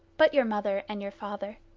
but your mother and your father.